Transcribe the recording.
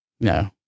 No